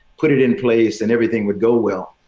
put it in place and everything would go well.